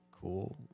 cool